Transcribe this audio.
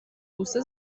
بوسه